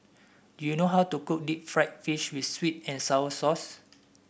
do you know how to cook Deep Fried Fish with sweet and sour sauce